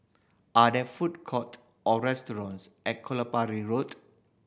are there food courts or restaurants at Kelopak Road